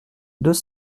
deux